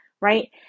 right